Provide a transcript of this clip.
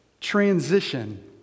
transition